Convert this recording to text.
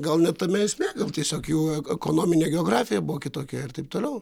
gal ne tame esmė gal tiesiog jų e ekonominė geografija buvo kitokia ir taip toliau